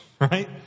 right